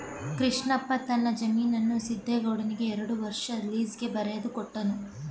ಕೃಷ್ಣಪ್ಪ ತನ್ನ ಜಮೀನನ್ನು ಸಿದ್ದೇಗೌಡನಿಗೆ ಎರಡು ವರ್ಷ ಲೀಸ್ಗೆ ಬರಲು ಕೊಟ್ಟನು